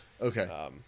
Okay